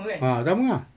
ah sama ah